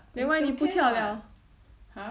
then why 你不跳 liao